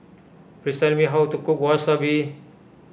please tell me how to cook Wasabi